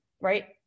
right